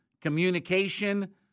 communication